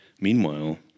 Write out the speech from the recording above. meanwhile